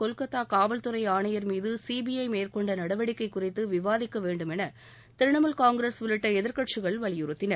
கொல்கத்தா காவல்துறை ஆணையர் மீது சிபிஐ மேற்கொண்ட நடவடிக்கை குறித்து விவாதிக்க வேண்டும் என திரிணாமுல் காங்கிரஸ் உள்ளிட்ட எதிர்க்கட்சிகள் வலியுறுத்தின